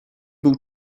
byl